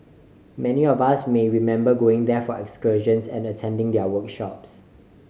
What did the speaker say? many of us may remember going there for excursions and attending their workshops